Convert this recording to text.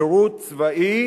שירות צבאי